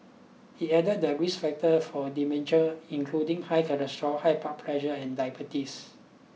he added that risk factor for dementia including high cholesterol high blood pressure and diabetes